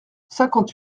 cinquante